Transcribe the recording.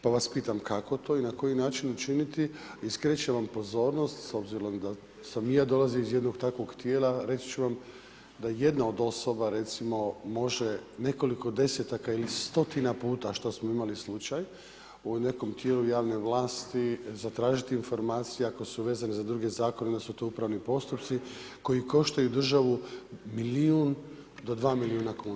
Pa vas pitam kako to i na koji način učiniti i skrećem vam pozornost s obzirom da sam i ja dolazio iz jednog takvog tijela, reći ću vam da jedna od osoba, recimo može nekoliko desetaka ili stotina puta, što smo imali slučaj u nekom tijelu javne vlasti zatražiti informacije ako su vezane za druge zakone, onda su to upravni postupci koji koštaju državu milijun do dva milijuna kuna.